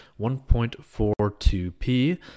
1.42p